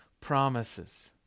promises